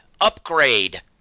Upgrade